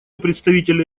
представителя